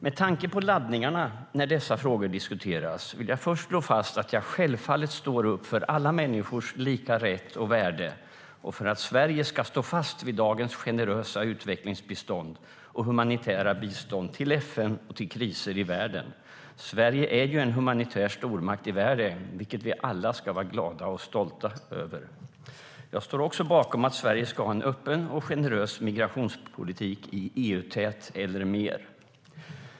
Med tanke på laddningarna när dessa frågor diskuteras vill jag först slå fast att jag självfallet står upp för alla människors lika rätt och värde och för att Sverige ska stå fast vid dagens generösa utvecklingsbistånd och humanitära bistånd till FN:s arbete vid kriser i världen. Sverige är en humanitär stormakt i världen, vilket vi alla ska vara glada och stolta över. Jag står också bakom att Sverige ska ha en öppen och generös migrationspolitik i EU-täten eller mer.